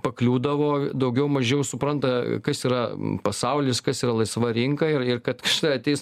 pakliūdavo daugiau mažiau supranta kas yra pasaulis kas yra laisva rinka ir ir kad šita ateis